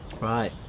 right